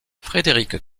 frédéric